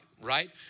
Right